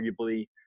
arguably –